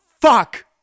Fuck